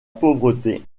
pauvreté